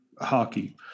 hockey